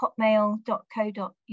hotmail.co.uk